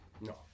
No